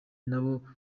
nabo